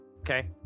Okay